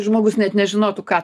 žmogus net nežinotų ką